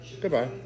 Goodbye